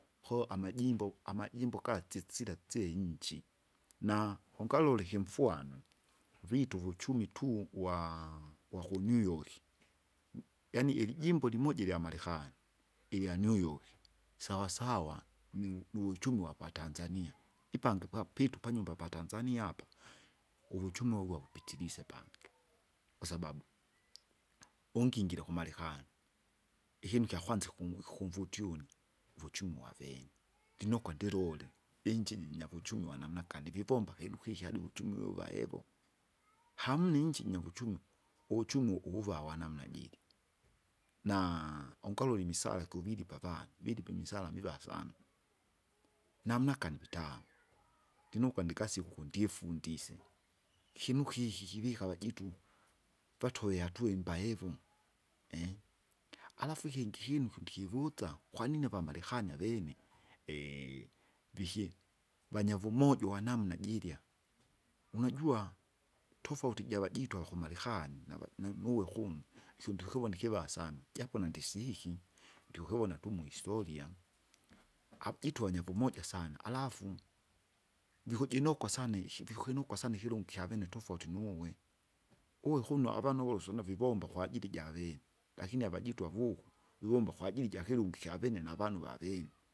Koo amajimbo amajimbo gatsisila sila iinchi, na ungalole ikimfwanu, vita uvuchumi tu wa- wakuniuyoki, m- yaani ilijimbo limoja ilyamarekani, ilya Niuyoki sawa sawa nu- nuvuchumi uwapatanzania, ipange pa- pitu panyumba patanzania apa, uvuchumi uvo pitilise pala, kwasababu ungingire kumarekani, ikinu kyakwanza iku- ikumvutia une, uvuchumi wavene. ndinokwa ndilule, iinchi iji jinyavuchumi wa namna gani vivomba kindu kiki adi uvuchumi wiwaevo. Hamna iinchi jinyuvuchumi, uvuchumi uvuva wa namna jilya, naa ungalole imisale kuvilipa avandu, vilipa imisara miva sana. Namna gani vitanu, ndinukwa ningasike ukundie ifundise, ikinu kiki kivikava jitu, vatove iatua imbaya ivo, alafu ikingi ikinu kumbi kivutsa kwanini avamarekani avene? vikie, vanya vumoja uwanamna jirya. Unajua tofauti javajitu ivakumarekani nava- ne- nuwe kuno, isyondikivona ikiva sana, japo nandisiki, ndikukivona tumu isoja apo jitonya vumoja sana, alafu, vikujinokwa sana iki vikukinukwa sana ikilungu ikyavene tofauti nuwe, uwe kuno avanu volusu navivomba kwajili javene. Lakini avajitu avukwa, viwomba kwajili jakilungi ikyavene navanu vavene.